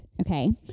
okay